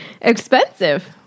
expensive